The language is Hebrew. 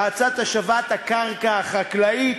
האצת השבת הקרקע החקלאית,